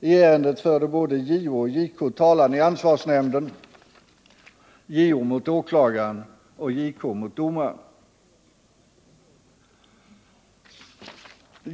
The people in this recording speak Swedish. I ärendet förde både JO och JK talan i ansvarsnämnden, JO mot åklagaren och JK mot domaren.